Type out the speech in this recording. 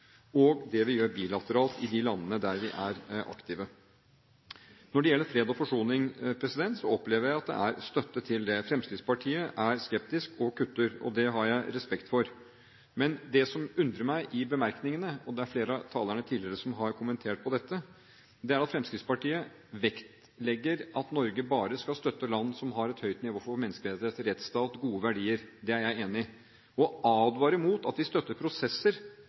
og det vi gjør bilateralt i de landene der vi er aktive. Når det gjelder fred og forsoning, opplever jeg at det er støtte til det. Fremskrittspartiet er skeptisk og kutter, og det har jeg respekt for. Men det som undrer meg i merknadene, det er flere av talerne som tidligere har kommentert det, er at Fremskrittspartiet vektlegger at Norge bare skal støtte land som har et høyt nivå når det gjelder menneskerettigheter, rettsstat og gode verdier. Det er jeg enig i. Å advare mot at vi støtter prosesser